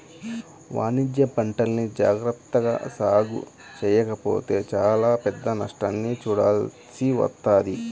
వాణిజ్యపంటల్ని జాగర్తగా సాగు చెయ్యకపోతే చానా పెద్ద నష్టాన్ని చూడాల్సి వత్తది